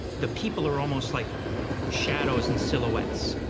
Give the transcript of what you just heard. the people are almost like shadows and silhouettes.